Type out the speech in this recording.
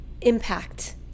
impact